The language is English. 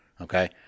okay